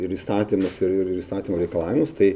ir įstatymus ir ir įstatymo reikalavimus tai